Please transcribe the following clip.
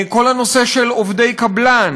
כל הנושא של עובדי קבלן,